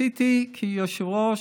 כיושב-ראש,